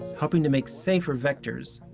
hoping to make safer vectors.